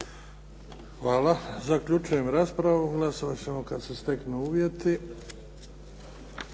Hvala. Zaključujem raspravu. Glasovat ćemo kada se steknu uvjeti.